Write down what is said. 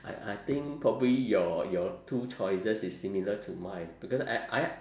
I I think probably your your two choices is similar to mine because I I